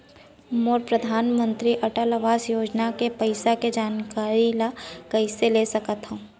मोर परधानमंतरी अटल आवास योजना के पइसा के जानकारी ल कइसे ले सकत हो?